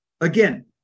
Again